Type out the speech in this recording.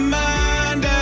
mind